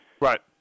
Right